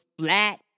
flat